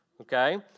Okay